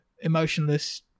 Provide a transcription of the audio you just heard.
emotionless